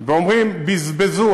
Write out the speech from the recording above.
ואומרים: בזבזו,